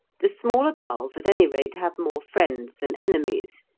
the smaller gulls at any rate have more friends than enemies,